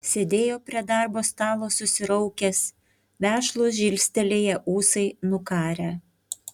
sėdėjo prie darbo stalo susiraukęs vešlūs žilstelėję ūsai nukarę